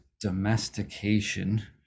domestication